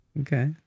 Okay